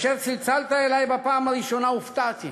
"כאשר צלצלת אלי בפעם הראשונה, הופתעתי.